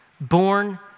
Born